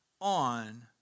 on